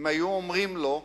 אם היו אומרים לו,